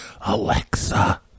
Alexa